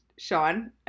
Sean